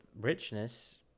richness